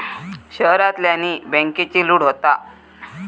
शहरांतल्यानी बॅन्केची लूट होता